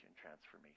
transformation